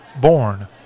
Born